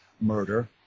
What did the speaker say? murder